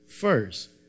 first